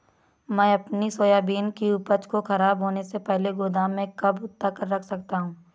मैं अपनी सोयाबीन की उपज को ख़राब होने से पहले गोदाम में कब तक रख सकता हूँ?